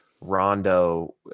Rondo